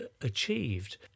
achieved